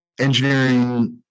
Engineering